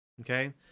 okay